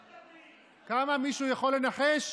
כמה, מישהו יכול לנחש?